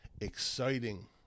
exciting